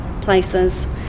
places